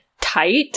tight